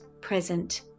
present